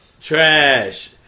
Trash